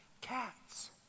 cats